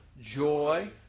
joy